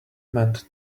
meant